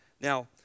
Now